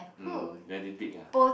mm very big ah